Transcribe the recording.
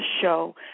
show